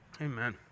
Amen